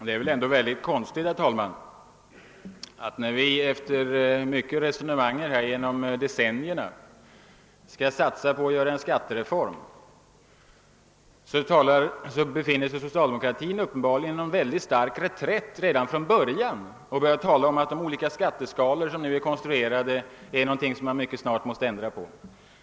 Herr talman! Det är väl ändå märk ligt att när vi efter mycket resonemang genom decennierna skall satsa på att göra en skattereform, så befinner sig socialdemokratin uppenbarligen på kraftig reträtt redan från början och talar om att de olika skatteskalor som nu konstruerats är någonting man snart måste ändra på.